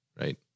right